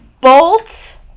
Bolt